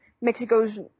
Mexico's